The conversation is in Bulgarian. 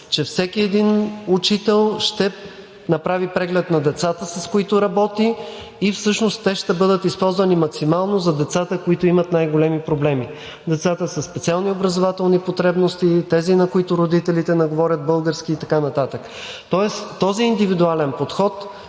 че всеки един учител ще направи преглед на децата, с които работи, и всъщност те ще бъдат използвани максимално за децата, които имат най-големи проблеми – децата със специални образователни потребности, тези, на които родителите не говорят български, и така нататък. Тоест този индивидуален подход